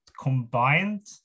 combined